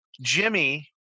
Jimmy